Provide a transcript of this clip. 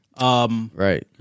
Right